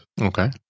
Okay